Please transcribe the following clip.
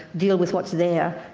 deal with what's there,